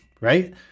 right